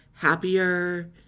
Happier